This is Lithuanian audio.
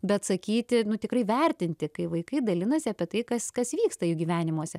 bet sakyti nu tikrai vertinti kai vaikai dalinasi apie tai kas kas vyksta jų gyvenimuose